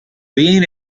being